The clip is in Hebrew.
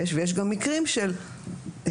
יש גם מקרים לצערנו,